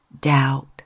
doubt